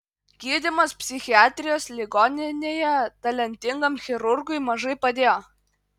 gydymas psichiatrijos ligoninėje talentingam chirurgui mažai padėjo